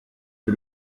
est